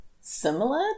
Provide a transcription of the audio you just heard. similar